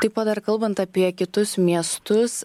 taip pat dar kalbant apie kitus miestus